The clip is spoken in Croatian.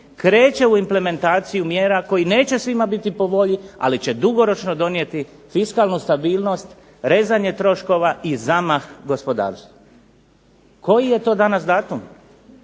kreće u implementaciju mjera koji neće svima biti po volji, ali će dugoročno donijeti fiskalnu stabilnost, rezanje troškova i zamah gospodarstvu. Koji je to danas datum?